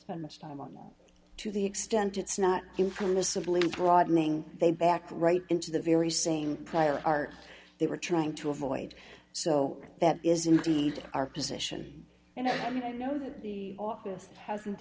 spend much time on to the extent it's not impermissible in broadening they back right into the very same prior art they were trying to avoid so that is indeed our position and i mean i know that the office hasn't